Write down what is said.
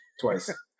twice